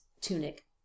tunic